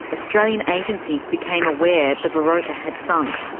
australian agencies became aware the barokah had sunk.